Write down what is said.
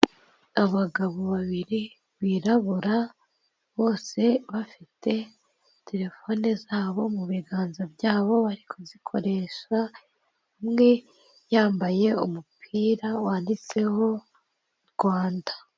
Abagabo babiri birabura, bose bafite telefone zabo mu biganza byabo bari kuzikoresha. Umwe yambaye umupira wanditseho Rwanda.